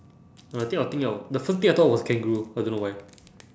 uh I think I'll think of the first thing I thought was kangaroo I don't know why